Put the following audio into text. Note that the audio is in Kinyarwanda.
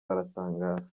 baratangara